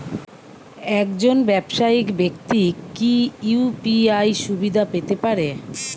একজন ব্যাবসায়িক ব্যাক্তি কি ইউ.পি.আই সুবিধা পেতে পারে?